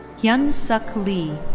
hyunsuk lee.